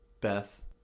Beth